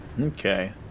Okay